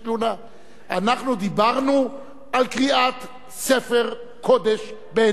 אנחנו דיברנו על קריעת ספר קודש, בעיני מאמינים,